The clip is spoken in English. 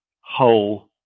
whole